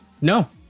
No